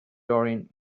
during